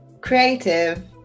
creative